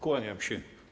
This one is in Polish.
Kłaniam się.